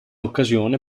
occasione